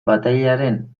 batailaren